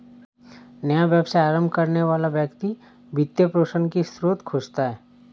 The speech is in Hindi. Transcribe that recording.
नया व्यवसाय आरंभ करने वाला व्यक्ति वित्त पोषण की स्रोत खोजता है